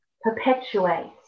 perpetuates